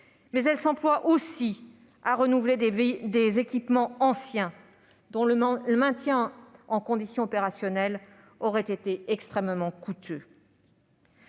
capacité, mais aussi à renouveler des équipements anciens dont le maintien en condition opérationnelle aurait été extrêmement coûteux.